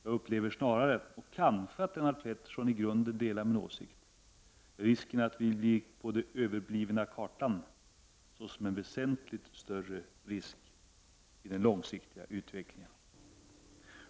Jag upplever snarare — kanske Lennart Pettersson i grunden delar min åsikt — risken att vi blir på överblivna kartan som väsentligt större i den långsiktiga utvecklingen.